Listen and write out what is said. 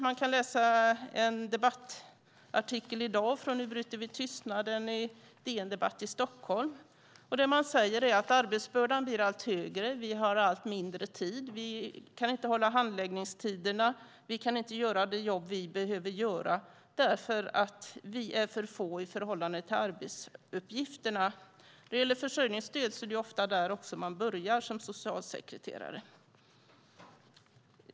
Man kan läsa en debattartikel av nätverket Ny bryter vi tystnaden i DN Debatt Stockholm i dag. Socialsekreterarna säger att arbetsbördan blir allt större. De har allt mindre tid. De kan inte hålla handläggningstiderna, inte göra det jobb de behöver göra därför att de är för få i förhållande till arbetsuppgifterna. Det är ofta frågor om försörjningsstöd som man börjar med som socialsekreterare.